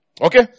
Okay